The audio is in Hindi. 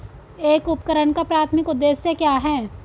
एक उपकरण का प्राथमिक उद्देश्य क्या है?